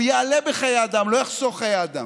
הוא יעלה בחיי אדם, לא יחסוך חיי אדם.